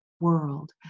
world